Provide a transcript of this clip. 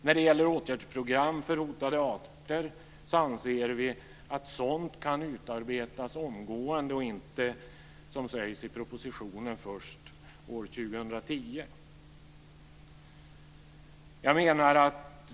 När det gäller åtgärdsprogram för hotade arter anser vi att sådant kan utarbetas omgående och inte, som sägs i propositionen, först år 2010.